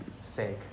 sake